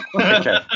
Okay